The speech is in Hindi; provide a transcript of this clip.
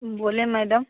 बोले मैडम